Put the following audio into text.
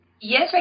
Yes